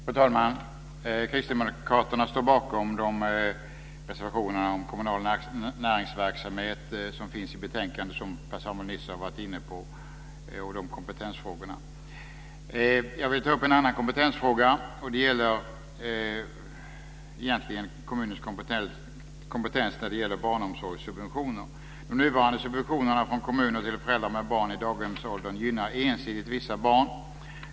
Fru talman! Kristdemokraterna står bakom de reservationer om kommunal näringsverksamhet och kompetensfrågor som finns i betänkandet, som Per Samuel Nisser har varit inne på. Jag vill ta upp en annan kompetensfråga och det gäller kommuners kompetens beträffande barnomsorgssubventioner. De nuvarande subventionerna från kommuner till föräldrar med barn i daghemsåldern gynnar ensidigt vissa barn.